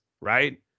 right